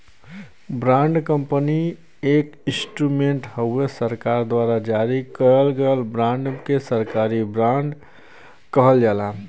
bond company एक instrument हउवे सरकार द्वारा जारी कइल गयल बांड के सरकारी बॉन्ड कहल जाला